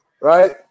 right